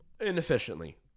inefficiently